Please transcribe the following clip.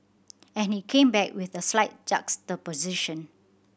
and he came back with a slight juxtaposition